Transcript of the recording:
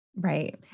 Right